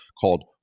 called